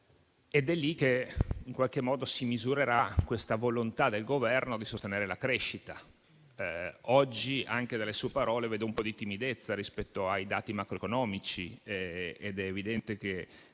È lì che si misurerà la volontà del Governo di sostenere la crescita. Oggi, anche dalle sue parole, vedo un po' di timidezza rispetto ai dati macroeconomici ed è evidente che